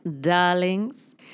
darlings